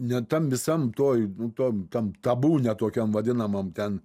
ne tam visam toj nu tam tam tabūne tokiam vadinamam ten